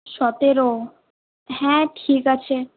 সতেরো হ্যাঁ ঠিক আছে